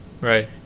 right